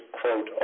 quote